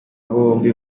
bombi